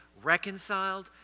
Reconciled